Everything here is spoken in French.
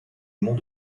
mont